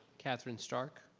catherine stark.